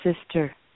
sister